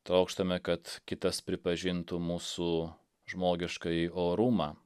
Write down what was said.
trokštame kad kitas pripažintų mūsų žmogiškąjį orumą